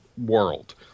world